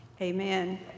Amen